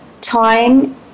time